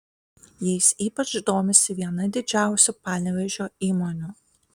jais ypač domisi viena didžiausių panevėžio įmonių